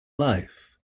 life